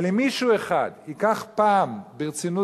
אבל אם מישהו אחד ייקח זאת פעם ברצינות